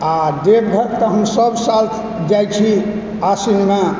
आओर देवघर तऽ हम सब साल जाइ छी आसिनमे